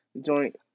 joint